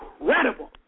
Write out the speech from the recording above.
incredible